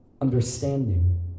understanding